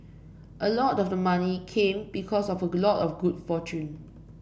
a lot of the money came because of a lot of good fortune